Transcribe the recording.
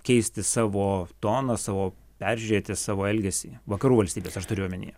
keisti savo toną savo peržiūrėti savo elgesį vakarų valstybės aš turiu omeny